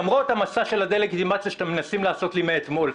למרות מסע הדה-לגיטימציה שאתם מנסים לעשות לי מאתמול.